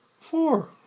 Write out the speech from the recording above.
Four